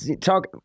talk